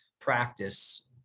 practice